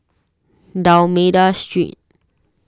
D'Almeida Street